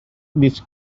this